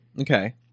Okay